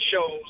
shows